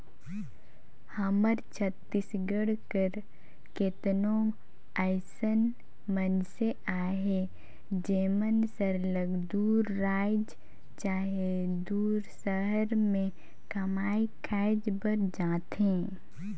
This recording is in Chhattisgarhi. हमर छत्तीसगढ़ कर केतनो अइसन मइनसे अहें जेमन सरलग दूसर राएज चहे दूसर सहर में कमाए खाए बर जाथें